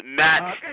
match